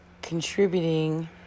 contributing